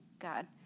God